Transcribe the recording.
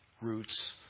roots